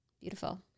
Beautiful